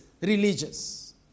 religious